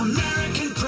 American